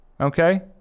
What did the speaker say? Okay